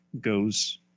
goes